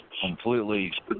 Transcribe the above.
completely